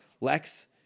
Lex